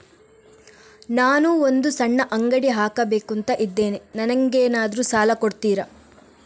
ನಾನು ಒಂದು ಸಣ್ಣ ಅಂಗಡಿ ಹಾಕಬೇಕುಂತ ಇದ್ದೇನೆ ನಂಗೇನಾದ್ರು ಸಾಲ ಕೊಡ್ತೀರಾ?